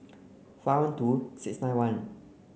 five one two six nine one